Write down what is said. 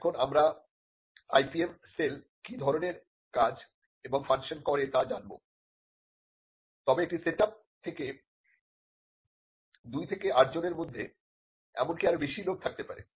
এখন আমরা IPM cell কি ধরনের কাজ এবং ফাংশন করে তা জানব তবে একটি সেট আপ এ দুই থেকে আটজনের মধ্যে এমনকি আরো বেশি লোক হতে পারে